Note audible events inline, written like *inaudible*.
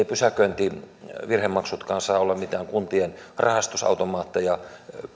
*unintelligible* pysäköintivirhemaksutkaan saa olla mitään kuntien rahastusautomaatteja